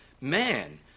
man